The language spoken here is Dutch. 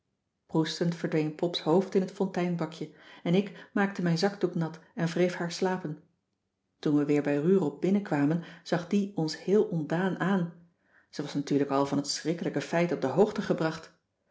proestend verdween pops hoofd in t fonteinbakje en ik maakte mijn zakdoek nat en wreef haar slapen toen we weer bij rurop binnenkwamen zag die ons heel ontdaan aan ze was natuurlijk al van t schrikkelijke feit op de hoogte gebracht